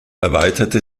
erweiterte